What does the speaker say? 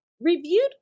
reviewed